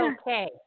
okay